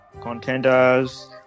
Contenders